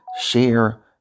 share